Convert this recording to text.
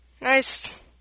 Nice